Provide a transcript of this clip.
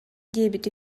диэбит